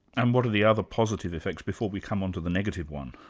and what are the other positive effects, before we come on to the negative one?